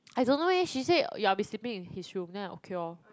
I don't know eh she say yeah I'll be sleeping in his room then I okay orh